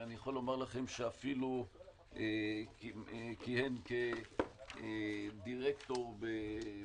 אני יכול לומר לכם שהוא אפילו כיהן כדירקטור במרכז